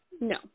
No